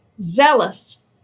zealous